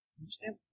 understand